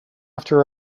after